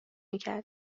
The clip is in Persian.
میکرد